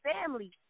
family